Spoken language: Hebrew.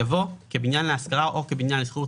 יבוא "כבניין להשכרה או כבנין לשכירות